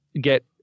get